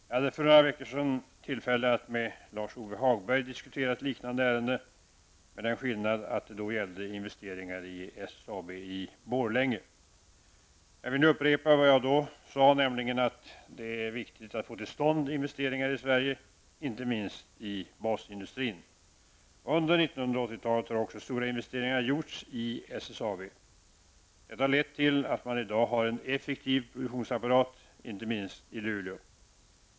Jag hade för några veckor sedan tillfälle att med Lars-Ove Hagberg diskutera ett liknande ärende -- med den skillnaden att det då gällde investeringar i Jag vill nu upprepa vad jag då sade, nämligen att det är viktigt att få till stånd investeringar i Sverige, inte minst i basindustrin. Under 1980-talet har också stora investeringar gjorts i SSAB. Detta har lett till att man i dag har en effektiv produktionsapparat, inte minst i Luleå.